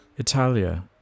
Italia